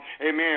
amen